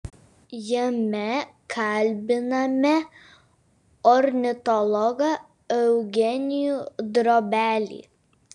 jame kalbiname ornitologą eugenijų drobelį